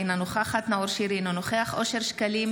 אינה נוכחת נאור שירי, אינו נוכח אושר שקלים,